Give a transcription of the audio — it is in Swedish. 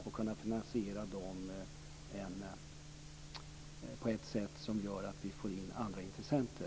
Då kan de finansieras på ett sätt som gör att vi får in andra intressenter.